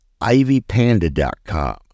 ivypanda.com